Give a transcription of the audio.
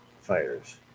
fighters